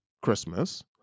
Christmas